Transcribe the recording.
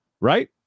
right